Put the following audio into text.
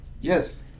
Yes